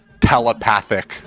telepathic